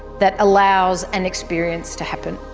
that allows an experience to happen.